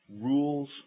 rules